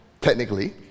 technically